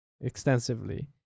extensively